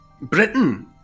Britain